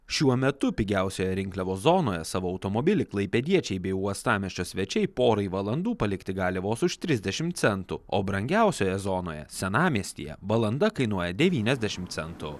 šiuo metu pigiausioje rinkliavos zonoje savo automobilį klaipėdiečiai bei uostamiesčio svečiai porai valandų palikti gali vos už trisdešim centų o brangiausioje zonoje senamiestyje valanda kainuoja devyniasdešimt centų